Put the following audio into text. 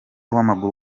w’amaguru